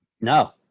No